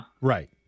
right